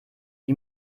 die